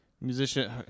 Musician